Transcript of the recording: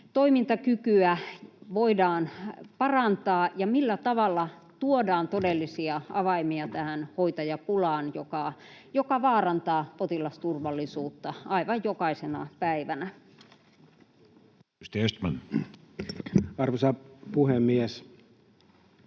toimintakykyä voidaan parantaa ja millä tavalla tuodaan todellisia avaimia tähän hoitajapulaan, joka vaarantaa potilasturvallisuutta aivan jokaisena päivänä. [Speech 163] Speaker: